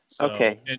okay